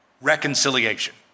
reconciliation